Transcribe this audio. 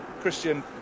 Christian